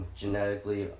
genetically